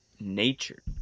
Nature